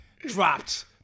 dropped